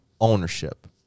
ownership